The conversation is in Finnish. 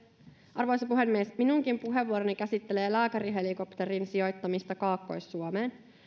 arvoisa puhemies minunkin puheenvuoroni käsittelee lääkärihelikopterin sijoittamista kaakkois suomeen